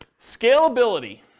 Scalability